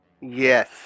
Yes